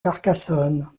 carcassonne